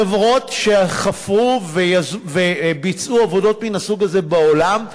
חברות שחפרו וביצעו עבודות מן הסוג הזה בעולם,